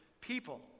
people